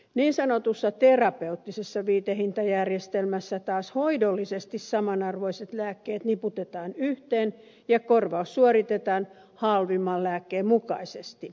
niin sanotussa terapeuttisessa viitehintajärjestelmässä taas hoidollisesti saman arvoiset lääkkeet niputetaan yhteen ja korvaus suoritetaan halvimman lääkkeen mukaisesti